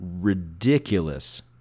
ridiculous